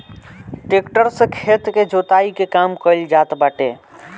tractor से खेत के जोताई के काम कइल जात बाटे